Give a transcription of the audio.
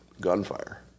gunfire